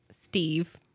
Steve